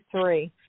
three